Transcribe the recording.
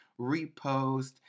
repost